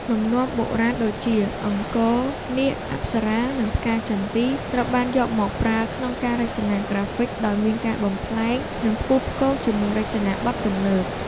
លំនាំបុរាណដូចជា អង្គរ នាគ អប្សរា និងផ្កាចន្ទី ត្រូវបានយកមកប្រើក្នុងការរចនាក្រាហ្វិកដោយមានការបំប្លែង និងផ្គូផ្គងជាមួយរចនាបថទំនើប។